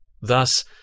Thus